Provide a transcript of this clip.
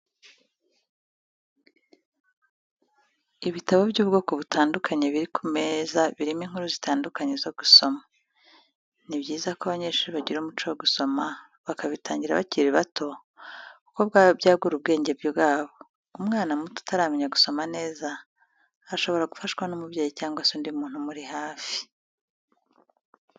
Ibitabo by'ubwoko butandukanye biri ku meza birimo inkuru zitandukanye zo gusoma, ni byiza ko abanyeshuri bagira umuco wo gusoma bakabitangira bakiri bato kuko byagura ubwenge bwabo, umwana muto utaramenya gusoma neza shobora gufashwa n'umubyeyi cyangwa se undi muntu umuri hafi.